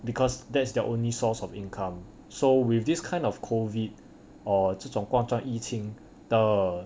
because that's their only source of income so with this kind of COVID or 这种光宗疫情的